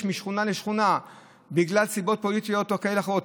משכונה לשכונה בגלל סיבות פוליטיות כאלה ואחרות.